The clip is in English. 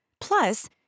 Plus